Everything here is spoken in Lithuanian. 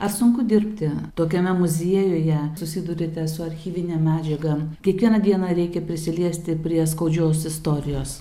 ar sunku dirbti tokiame muziejuje susiduriate su archyvine medžiaga kiekvieną dieną reikia prisiliesti prie skaudžios istorijos